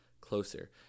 closer